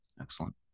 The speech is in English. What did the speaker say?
Excellent